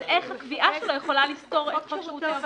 אז איך הקביעה שלו יכולה לסתור את חוק שירותי הובלה?